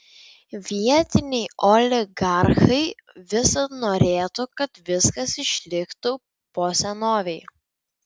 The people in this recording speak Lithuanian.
vietiniai oligarchai visad norėtų kad viskas išliktų po senovei